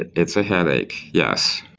it's a headache, yes